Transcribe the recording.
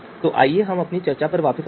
तो आइए हम अपनी चर्चा पर वापस जाएं